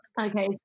okay